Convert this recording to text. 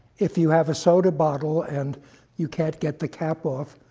if you have a soda bottle and you can't get the cap off,